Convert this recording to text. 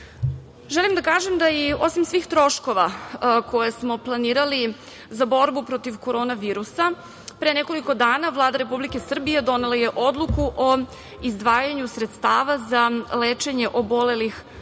da kažem da je i osim svih troškova, koje smo planirali za borbu protiv korona virusa, pre nekoliko dana Vlada Republike Srbije donela je odluku o izdvajanju sredstava za lečenje obolelih od